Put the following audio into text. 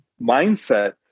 mindset